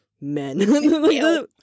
men